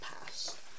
past